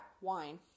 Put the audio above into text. wine